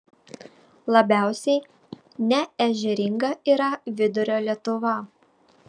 labiausiai neežeringa yra vidurio lietuva